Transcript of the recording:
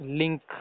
link